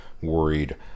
worried